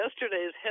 yesterday's